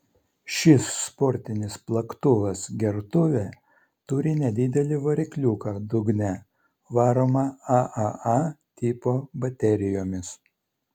šis sportinis plaktuvas gertuvė turi nedidelį varikliuką dugne varomą aaa tipo baterijomis